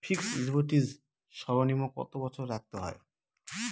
Fixed deposit সর্বনিম্ন কত বছর রাখতে হয়?